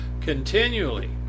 continually